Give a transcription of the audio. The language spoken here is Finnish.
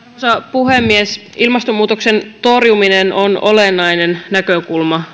puhemies ilmastonmuutoksen torjuminen on olennainen näkökulma